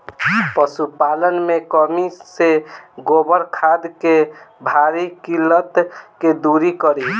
पशुपालन मे कमी से गोबर खाद के भारी किल्लत के दुरी करी?